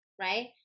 Right